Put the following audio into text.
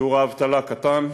שיעור האבטלה קטן,